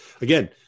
Again